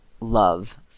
love